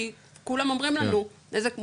כי כולם אומרים לנו נזק מופחת,